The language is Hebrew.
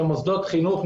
שמוסדות החינוך,